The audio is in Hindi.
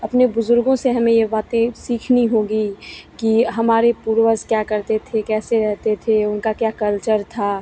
अपने बुज़ुर्गों से हमें यह बातें सीखनी होंगी कि हमारे पूर्वज क्या करते थे कैसे रहते थे उनका क्या कल्चर था